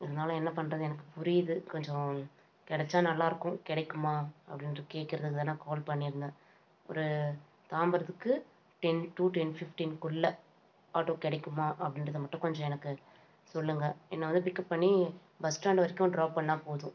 இருந்தாலும் என்ன பண்ணுறது எனக்கு புரியுது கொஞ்சம் கிடைச்சா நல்லா இருக்கும் கிடைக்குமா அப்படின்ட்டு கேட்குறதுக்குதான் நான் ஃபோன் பண்ணியிருந்தேன் ஒரு தாம்பரத்துக்கு டென் டு டென் ஃபிஃப்டின்க்குள்ளே ஆட்டோ கிடைக்குமா அப்படின்றது மட்டும் கொஞ்சம் எனக்கு சொல்லுங்க என்னை வந்து பிக்கப் பண்ணி பஸ் ஸ்டாண்ட் வரைக்கும் ட்ராப் பண்ணிணா போதும்